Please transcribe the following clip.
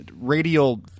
radial